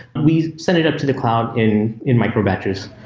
we send it up to the cloud in in micro batches.